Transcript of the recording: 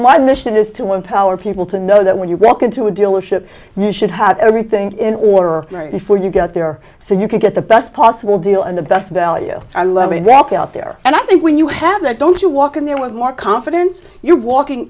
my mission is to empower people to know that when you walk into a dealership you should have everything in order before you get there so you can get the best possible deal and the best value and let me walk out there and i think when you have that don't you walk in there with more confidence you're walking